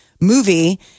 movie